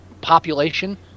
population